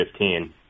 2015